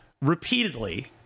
Repeatedly